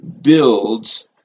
builds